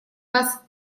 вас